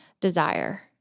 desire